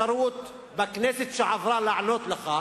בכנסת הקודמת לא היתה לי אפשרות לענות לך,